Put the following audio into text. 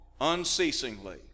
unceasingly